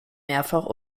mehrfach